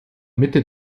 mitte